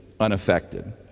unaffected